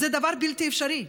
זה דבר בלתי אפשרי.